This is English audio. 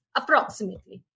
approximately